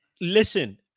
listen